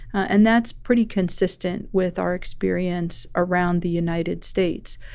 and that's pretty consistent with our experience around the united states.